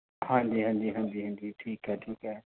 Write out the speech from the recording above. ਹਾਂਜੀ ਹਾਂਜੀ ਹਾਂਜੀ ਹਾਂਜੀ ਠੀਕ ਹੈ ਠੀਕ ਹੈ